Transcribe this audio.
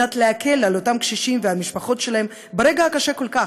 כדי להקל על אותם קשישים ועל המשפחות שלהם ברגע הקשה כל כך,